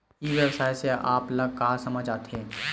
ई व्यवसाय से आप ल का समझ आथे?